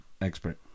expert